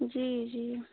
जी जी